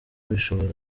bishobora